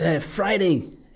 Friday